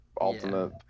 ultimate